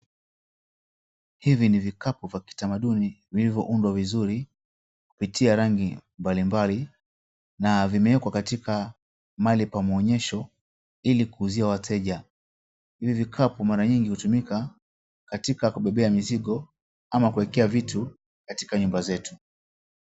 Hivi ni vikapu vya kitamaduni vilivyoundwa vizuri kupitia rangi mbalimbali na vimewekwa katika mahali pa maonyesho ilikuuzia wateja. Hivi vikapu mara nyingi hutumika katika kubeba mizigo ama kuwekea vitu katika nyumba zetu.